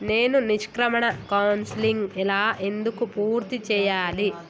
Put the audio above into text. నేను నిష్క్రమణ కౌన్సెలింగ్ ఎలా ఎందుకు పూర్తి చేయాలి?